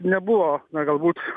nebuvo na galbūt